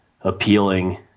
appealing